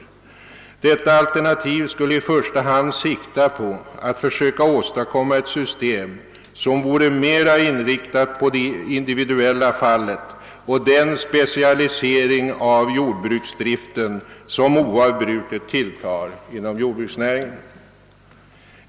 Detta alternativ skulle i första hand sikta på att försöka åstadkomma ett system, som vore mera inriktat på det individuella fallet och den specialisering av jordbruksdriften som oavbrutet tilltar inom jordbruksnäringen.